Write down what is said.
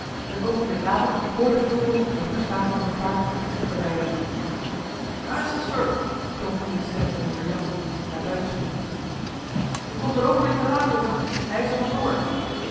een oogenblik later hoorde fulco de hoefslagen van een paard dat zich verwijderde waar is de schurk klonk nu de stem van jonker jan die zich naar buiten spoedde u komt een oogenblik te laat jonker hij is er vandoor